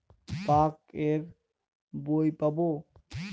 Bank এর বই পাবো?